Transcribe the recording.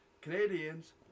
Canadians